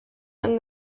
and